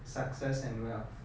success and wealth